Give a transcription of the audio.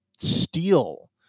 steel